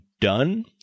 done